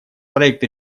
проект